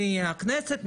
מהכנסת,